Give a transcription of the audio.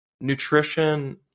nutrition